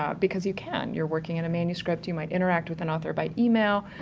um because you can, you're working in a manuscript, you might interact with an author by email,